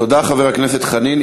תודה, חבר הכנסת חנין.